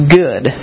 good